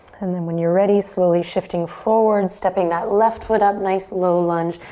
and then when you're ready, slowly shifting forward, stepping that left foot up, nice low lunge.